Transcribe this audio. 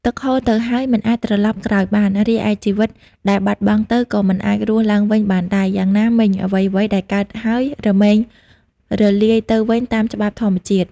ទឹកហូរទៅហើយមិនអាចត្រឡប់ក្រោយបាន រីឯជីវិតដែលបាត់បង់ទៅ ក៏មិនអាចរស់ឡើងវិញបានដែរ យ៉ាងណាមិញ អ្វីៗដែលកើតហើយ រមែងរលាយទៅវិញតាមច្បាប់ធម្មជាតិ។